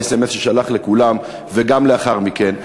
באס.אם.אס ששלח לכולם וגם לאחר מכן,